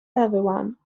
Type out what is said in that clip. everyone